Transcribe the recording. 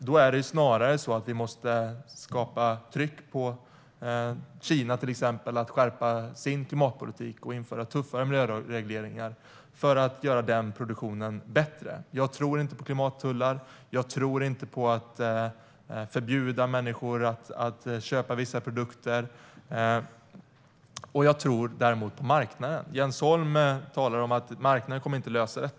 Då är det snarare så att vi måste skapa tryck på till exempel Kina att skärpa sin klimatpolitik och införa tuffare miljöregleringar för att göra produktionen bättre. Jag tror inte på klimattullar. Jag tror inte på att förbjuda människor att köpa vissa produkter. Jag tror däremot på marknaden. Jens Holm talar om att marknaden inte kommer att lösa detta.